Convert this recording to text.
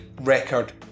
record